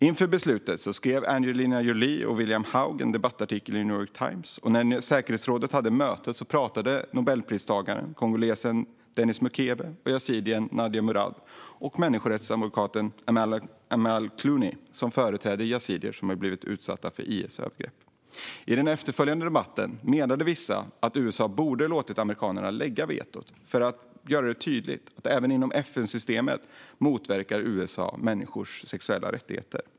Inför beslutet skrev Angelina Jolie och William Hague en debattartikel i New York Times. När säkerhetsrådet hade mötet talade nobelpristagaren, kongolesen Denis Mukwege, yazidiern Nadia Murad och människorättsadvokaten Amal Clooney, som företräder yazidier som blivit utsatta för IS övergrepp. I den efterföljande debatten menade vissa att amerikanerna borde ha låtits lägga sitt veto för att göra det tydligt att USA även inom FN-systemet motverkar människors sexuella rättigheter.